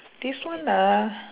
this one ah